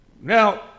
Now